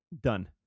Done